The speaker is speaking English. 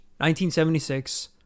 1976